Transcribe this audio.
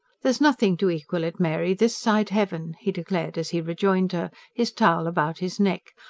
there's nothing to equal it, mary, this side heaven! he declared as he rejoined her, his towel about his neck.